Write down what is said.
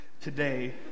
today